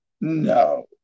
no